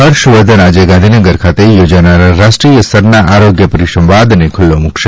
હર્ષવર્ધન આજે ગાંધીનગર ખાતે યોજાનારા રાષ્ટ્રીય સ્તરનો આરોગ્ય પરિસંવાદને ખુલ્લો મુકશે